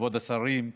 כבוד השרים,